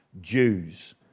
Jews